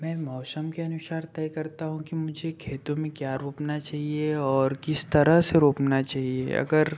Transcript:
मैं मौसम के अनुसार तय करता हूँ कि मुझे खेतों में क्या रोपना चाहिए और किस तरह से रोपना चाहिए अगर